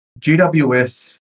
GWS